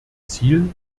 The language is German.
ziel